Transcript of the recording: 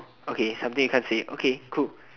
okay something you can't say okay cool